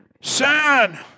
son